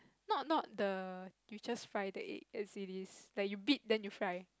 not not the you just fry the egg as it is like you beat then you fry